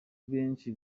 benshi